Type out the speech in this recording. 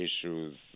issues